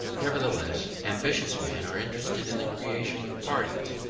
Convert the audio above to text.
nevertheless, ambitious men are interested in the creation of parties,